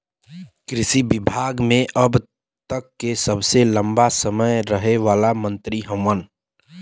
कृषि विभाग मे अब तक के सबसे लंबा समय रहे वाला मंत्री हउवन